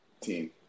team